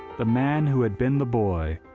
the man who had been the boy,